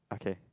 okay